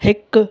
हिकु